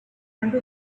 into